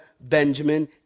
Benjamin